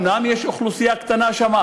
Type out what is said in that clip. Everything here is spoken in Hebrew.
אומנם יש אוכלוסייה קטנה שם,